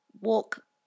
Walk